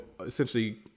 essentially